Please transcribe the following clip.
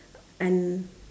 and